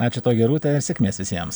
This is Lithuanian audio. ačiū tau gerūta ir sėkmės visiems